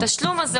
האזרחים,